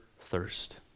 thirst